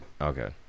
Okay